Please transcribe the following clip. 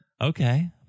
okay